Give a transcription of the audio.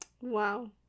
wow